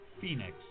Phoenix